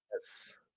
Yes